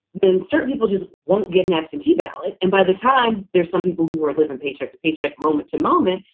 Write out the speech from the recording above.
then certain people just won't get an absentee ballot. and by the time there's some people who are living paycheck to paycheck. moment to moment.